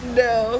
no